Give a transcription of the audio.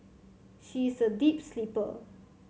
she is a deep sleeper